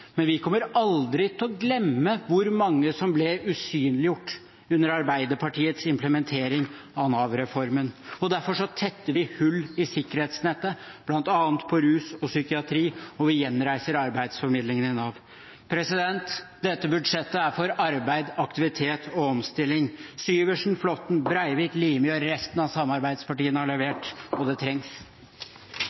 Men vi kommer aldri til å glemme hvor mange som ble usynliggjort under Arbeiderpartiets implementering av Nav-reformen. Derfor tetter vi hull i sikkerhetsnettet bl.a. på rus og psykiatri, og vi gjenreiser arbeidsformidlingen i Nav. Dette budsjettet er for arbeid, aktivitet og omstilling. Syversen, Flåtten, Breivik, Limi og resten av samarbeidspartiene har levert, og det trengs.